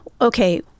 Okay